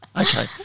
Okay